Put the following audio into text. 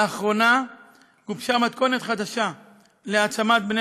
לאחרונה גובשה מתכונת חדשה להעצמת בני